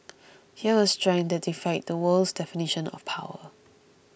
here was strength that defied the world's definition of power